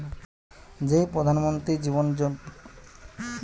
যেই প্রধান মন্ত্রী জীবন যোজনা সরকার থেকে পাওয়া যায়